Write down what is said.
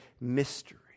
mystery